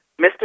Mr